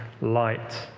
light